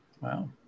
wow